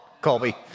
Colby